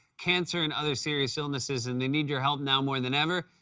cancer, and other serious illnesses and they need your help, now, more than ever.